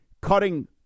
cutting